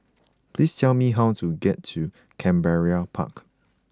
please tell me how to get to Canberra Park